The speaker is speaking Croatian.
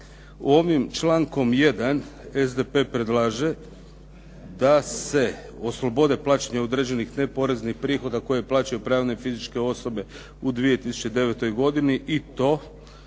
Ovim člankom 1. SDP predlaže da se oslobode plaćanja određenih neporeznih prihoda koje plaćaju pravne i fizičke osobe u 2009. godini i to,